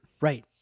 Right